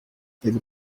able